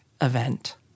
event